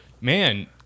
man